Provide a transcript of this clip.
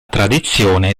tradizione